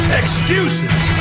excuses